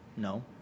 No